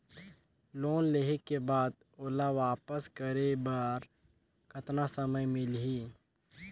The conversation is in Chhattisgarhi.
लोन लेहे के बाद ओला वापस करे बर कतना समय मिलही?